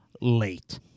late